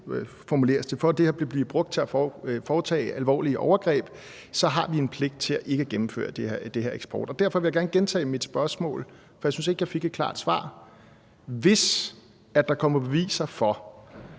formuleres det – at det her vil blive brugt til at foretage alvorlige overgreb, så har vi en pligt til ikke at gennemføre den her eksport. Derfor vil jeg gerne gentage mit spørgsmål, for jeg synes ikke, jeg fik et klart svar: Hvis der kommer beviser for,